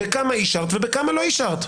בכמה אישרת ובכמה לא אישרת.